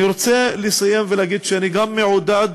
אני רוצה לסיים ולהגיד שאני גם מעודד